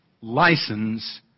license